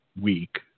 week